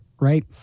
right